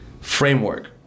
framework